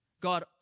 God